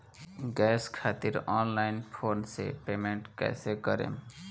Gas खातिर online phone से payment कैसे करेम?